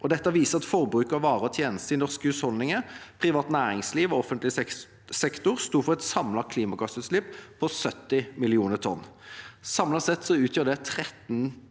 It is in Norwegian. det viser at forbruket av varer og tjenester i norske husholdninger, privat næringsliv og offentlig sektor sto for et samlet klimagassutslipp på 70 millioner tonn. Samlet sett utgjør det 13 tonn